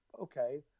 okay